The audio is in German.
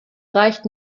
reicht